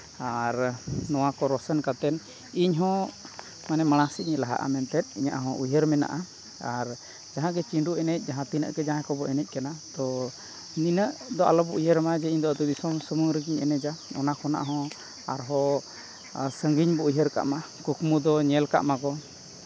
ᱟᱨ ᱱᱚᱣᱟ ᱠᱚ ᱨᱳᱥᱚᱱ ᱠᱟᱛᱮᱫ ᱤᱧᱦᱚᱸ ᱢᱟᱱᱮ ᱢᱟᱲᱟᱝ ᱥᱮᱫ ᱤᱧ ᱞᱟᱦᱟᱜᱼᱟ ᱢᱮᱱᱛᱮ ᱤᱧᱟᱹᱜᱼᱦᱚᱸ ᱩᱭᱦᱟᱹᱨ ᱢᱮᱱᱟᱜᱼᱟ ᱡᱟᱦᱟᱸᱜᱮ ᱪᱤᱸᱰᱩ ᱮᱱᱮᱡ ᱡᱟᱦᱟᱸ ᱛᱤᱱᱟᱹᱜ ᱜᱮ ᱡᱟᱦᱟᱸᱭ ᱠᱚᱠᱚ ᱮᱱᱮᱡ ᱠᱟᱱᱟ ᱛᱳ ᱱᱤᱱᱟᱹᱜ ᱫᱚ ᱟᱞᱚᱵᱚᱱ ᱩᱭᱦᱟᱹᱨ ᱢᱟ ᱡᱮ ᱤᱧᱫᱚ ᱟᱹᱛᱩ ᱫᱤᱥᱚᱢ ᱥᱩᱢᱩᱝ ᱨᱮᱜᱮᱧ ᱮᱱᱮᱡᱟ ᱚᱱᱟ ᱠᱷᱚᱱᱟᱜ ᱦᱚᱸ ᱟᱨᱦᱚᱸ ᱥᱟᱹᱜᱤᱧ ᱵᱚᱱ ᱩᱭᱦᱟᱹᱨ ᱠᱟᱜᱼᱢᱟ ᱠᱩᱠᱢᱩ ᱫᱚ ᱧᱮᱞ ᱠᱟᱜ ᱢᱟᱵᱚᱱ